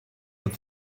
but